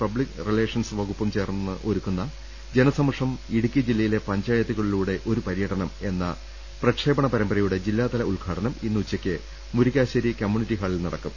public relations വകുപ്പും ചേർന്ന് ഒരുക്കുന്ന ജനസമക്ഷം ഇടുക്കി ജില്ലയിലെ പഞ്ചായത്തുകളിലൂടെ ഒരു പര്യടനം എന്ന പ്രക്ഷേപണ പരമ്പരയുടെ ജില്ലാതല ഉദ്ഘാടനം ഇന്ന് ഉച്ചയ്ക്ക് മുരിക്കാശേരി കമ്മ്യൂണിറ്റി ഹാളിൽ നടക്കും